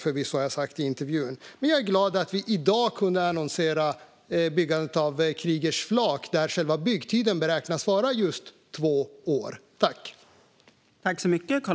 Förvisso har jag sagt det i intervjuer, men jag är glad att vi i dag kunde annonsera byggandet av Kriegers flak där själva byggtiden beräknas vara just två år.